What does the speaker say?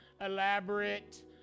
elaborate